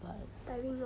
but